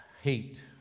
hate